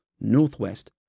northwest